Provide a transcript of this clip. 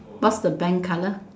what's the bank color